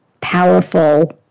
powerful